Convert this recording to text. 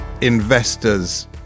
investors